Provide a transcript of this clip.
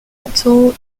hotel